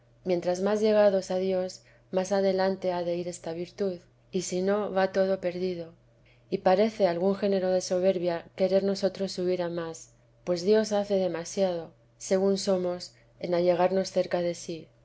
mientras más llegados a dios más adelante ha de ir esta virtud y si no va todo perdido y parece algún género de soberbia querer nosotros subir a más pues dios hace demasiado según somos en allegarnos cerca de sí